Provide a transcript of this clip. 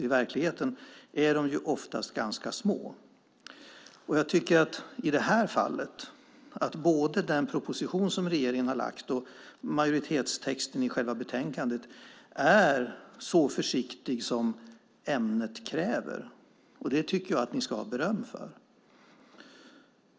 I verkligheten är de ju oftast ganska små. Jag tycker i det här fallet att både den proposition som regeringen har lagt fram och majoritetens text i själva betänkandet är precis så försiktiga som ämnet kräver, och det ska ni ha beröm för.